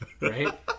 right